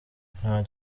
nta